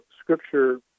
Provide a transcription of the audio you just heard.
Scripture